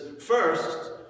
first